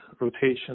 rotation